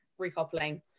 recoupling